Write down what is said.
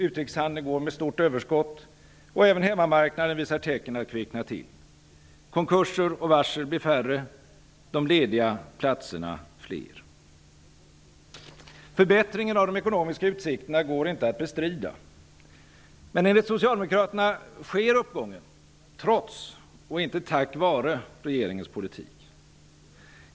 Utrikeshandeln går med stort överskott, och även hemmamarknaden visar tecken på tillkvicknande. Konkurserna och varslen blir färre och de lediga platserna fler. Förbättringen beträffande de ekonomiska utsikterna går inte att bestrida. Enligt Socialdemokraterna sker uppgången trots, inte tack vare, regeringens politik.